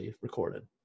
recorded